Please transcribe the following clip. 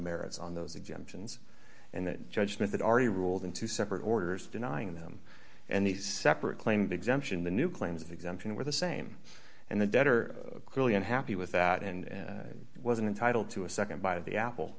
merits on those exemptions and that judgment that already ruled in two separate orders denying them and the separate claimed exemption the new claims exemption were the same and the debtor clearly unhappy with that and wasn't entitled to a nd bite of the apple